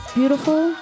beautiful